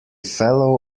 fellow